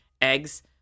eggs